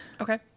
Okay